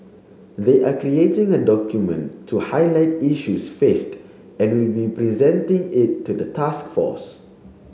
they are creating a document to highlight issues faced and will be presenting it to the task force